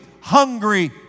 hungry